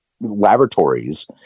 laboratories